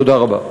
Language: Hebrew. תודה רבה.